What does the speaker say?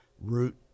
root